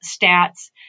stats